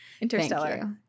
interstellar